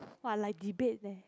!wah! like debate leh